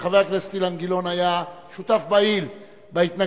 שחבר הכנסת אילן גילאון היה שותף פעיל בהתנגדות